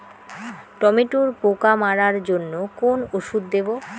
টমেটোর পোকা মারার জন্য কোন ওষুধ দেব?